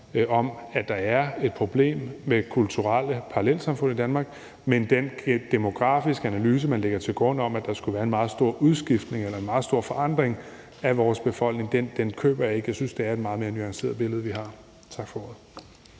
om, at der er et problem med kulturelle parallelsamfund i Danmark, men den demografiske analyse, man lægger til grund, og som handler om, at der skulle være en meget stor udskiftning eller en meget stor forandring af vores befolkning, køber jeg ikke. Jeg synes, det er et meget mere nuanceret billede, vi har. Tak for ordet.